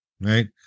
right